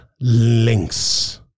links